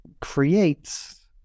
creates